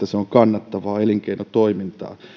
se on kannattavaa elinkeinotoimintaa